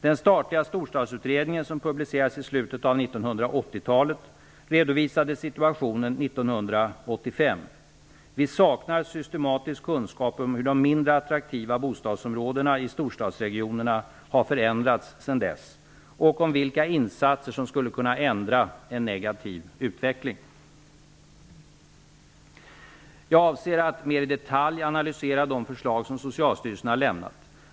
Den statliga Storstadsutredningen, som publicerades i slutet av 1980-talet, redovisade situationen 1985. Vi saknar systematisk kunskap om hur de mindre attraktiva bostadsområdena i storstadsregionerna har förändrats sedan dess och om vilka insatser som skulle kunna ändra en negativ utveckling. Jag avser att mer i detalj analysera de förslag som Socialstyrelsen har lämnat.